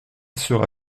sera